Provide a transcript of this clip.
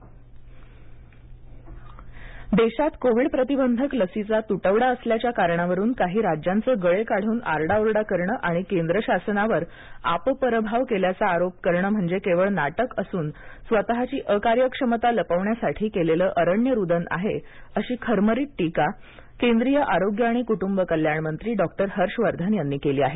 हर्षवर्धन देशात कोविड प्रतिबंधक लसीचा तुटवडा असल्याच्या कारणावरून काही राज्यांचं गळे काढून आरडाओरडा करण आणि केंद्रशासनावर आपपरभाव केल्याचा आरोप करणं म्हणजे केवळ नाटक असून स्वतःची अकार्यक्षमता लपविण्यासाठी केलेलं अरण्यरुदन आहे अशी खरमरीत टीका केंद्रीय आरोग्य आणि कुटुंबकल्याणमंत्री डॉक्टर हर्षवर्धन यांनी केली आहे